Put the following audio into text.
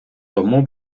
тому